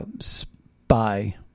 spy